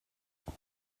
what